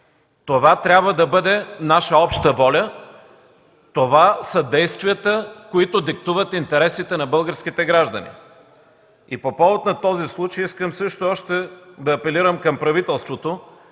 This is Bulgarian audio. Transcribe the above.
Това трябва да бъде наша обща воля. Това са действията, които диктуват интересите на българските граждани. По повод на този случай искам също да апелирам към правителството